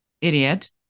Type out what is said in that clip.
idiot